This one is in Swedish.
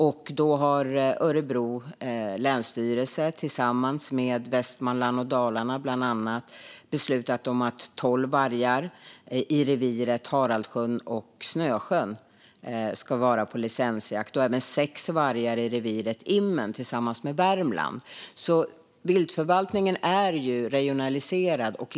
Länsstyrelsen Örebro har tillsammans med Västmanland och Dalarna bland annat beslutat om att tolv vargar i reviret Haraldsjön och Snösjön ska vara på licensjakt, och även sex vargar i reviret Immen tillsammans med Värmland. Viltförvaltningen är regionaliserad.